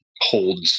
holds